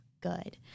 good